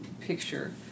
picture